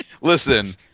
Listen